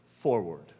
forward